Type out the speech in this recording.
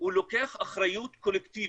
לוקח אחריות קולקטיבית,